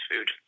food